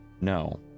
No